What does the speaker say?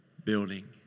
Building